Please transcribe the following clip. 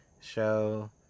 show